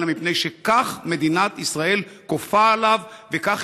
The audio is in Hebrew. אלא מפני שכך מדינת ישראל כופה עליו וכך